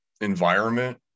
environment